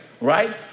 right